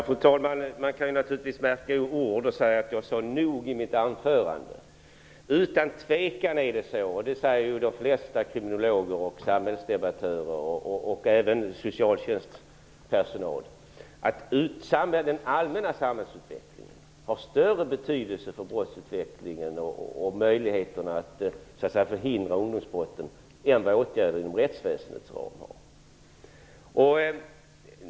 Fru talman! Man kan naturligtvis märka ord och säga att jag sade "nog" i mitt anförande. Men det är utan tvekan så - och det säger de flesta kriminologer, samhällsdebattörer och även socialtjänstpersonal - att den allmänna samhällsutvecklingen har större betydelse för brottsutvecklingen och möjligheterna att förhindra ungdomsbrotten än åtgärder inom rättsväsendet.